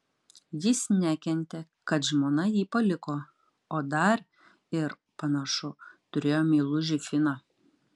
jis nekentė kad žmona jį paliko o dar ir panašu turėjo meilužį finą